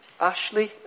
Ashley